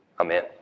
Amen